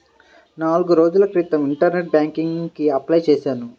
నాల్గు రోజుల క్రితం ఇంటర్నెట్ బ్యేంకింగ్ కి అప్లై చేశాను